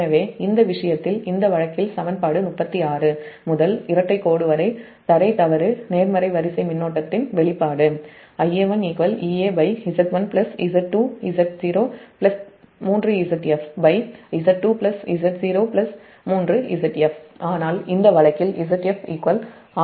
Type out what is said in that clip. எனவே இந்த விஷயத்தில் இந்த வழக்கில் சமன்பாடு 36 முதல் இரட்டை கோடு வரை தரை தவறு நேர்மறை வரிசை மின்னோட்டத்தின் வெளிப்பாடு ஆனால் இந்த வழக்கில் ZfRa0 தரப்பட்டது